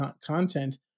content